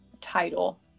title